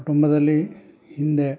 ಕುಟುಂಬದಲ್ಲಿ ಹಿಂದೆ